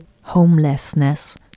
homelessness